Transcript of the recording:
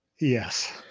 yes